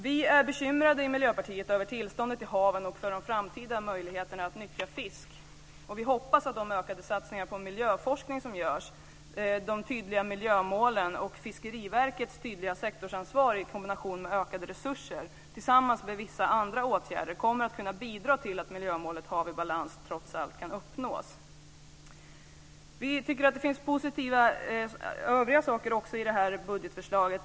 Vi i Miljöpartiet är bekymrade över tillståndet i haven och för de framtida möjligheterna att nyttja fisk. Vi hoppas att de ökade satsningar på miljöforskning som görs, de tydliga miljömålen och Fiskeriverkets tydliga sektorsansvar i kombination med ökade resurser, tillsammans med vissa andra åtgärder kommer att kunna bidra till att miljömålet Hav i balans trots allt kan uppnås. Vi tycker att det finns positiva saker också i övrigt i det här budgetförslaget.